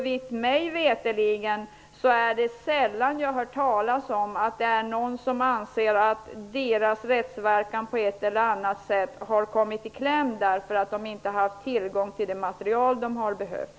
Det är sällan jag hör talas om att någon anser att deras rättsverkan har kommit i kläm på ett eller annat sätt därför att de inte har haft tillgång till det material som de har behövt.